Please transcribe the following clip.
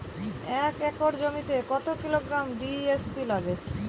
এক একর জমিতে কত কিলোগ্রাম ডি.এ.পি লাগে?